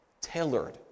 Tailored